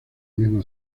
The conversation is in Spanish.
misma